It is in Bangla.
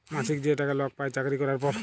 মাছিক যে টাকা লক পায় চাকরি ক্যরার পর